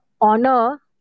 honor